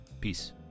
Peace